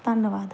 ਧੰਨਵਾਦ